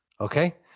Okay